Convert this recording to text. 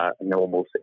normal